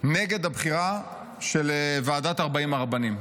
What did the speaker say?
נגד הבחירה של ועדת 40 הרבנים,